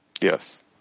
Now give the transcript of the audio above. Yes